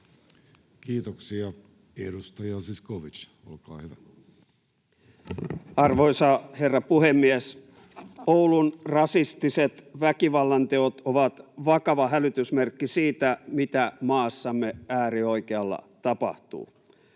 Kiitoksia. — Edustaja Zyskowicz, olkaa hyvä. Arvoisa herra puhemies! Oulun rasistiset väkivallanteot ovat vakava hälytysmerkki siitä, mitä maassamme äärioikealla tapahtuu.